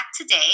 today